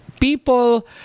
people